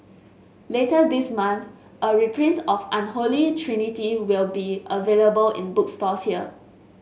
later this month a reprint of Unholy Trinity will be available in bookstores here